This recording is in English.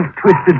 twisted